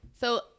So-